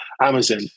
Amazon